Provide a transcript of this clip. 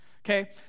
Okay